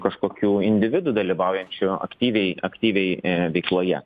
kažkokių individų dalyvaujančių aktyviai aktyviai veikloje